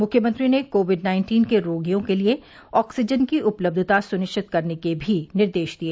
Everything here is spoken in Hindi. मुख्यमंत्री ने कोविड नाइन्टीन के रोगियों के लिये ऑक्सीजन की उपलब्धता सुनिश्चित करने के भी निर्देश दिए